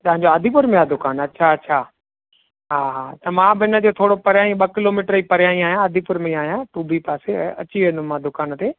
तव्हांजो आदिपुर में आहे दुकान अच्छा अच्छा हा हा त मां बि इन जे थोरो परियां ई ॿ किलोमीटर ई परियां ई आहियां आदिपुर में ई आहियां टू बी पासे अची वेंदुमि मां दुकानु ते